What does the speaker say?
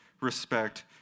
respect